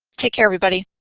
take care, everybody.